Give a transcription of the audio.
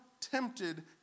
tempted